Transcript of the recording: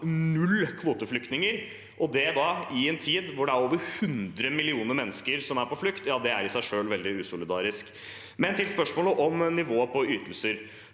null kvoteflyktninger i en tid da det er over 100 millioner mennesker på flukt, er i seg selv veldig usolidarisk. Men til spørsmålet om nivået på ytelser: